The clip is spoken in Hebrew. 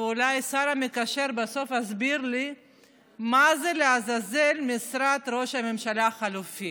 ואולי השר המקשר בסוף יסביר לי מה זה לעזאזל משרד ראש הממשלה החלופי?